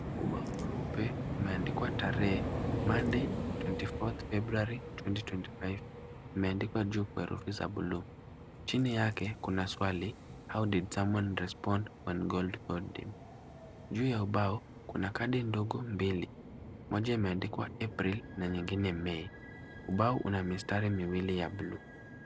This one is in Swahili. Ubao mweupe umeandikwa tarehe Monday twenty fourth February twenty twenty five , imeandikwa juu kwa herufi za buluu. Chini yake kuna swali how did Samuel respond when God called him ? Juu ya ubao, kuna kadi ndogo mbili, moja imeandikwa April na nyingine May . Ubao una mistari miwili ya buluu.